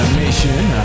mission